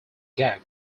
gag